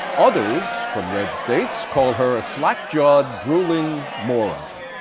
others, from red states, call her a slackjawed drooling moron.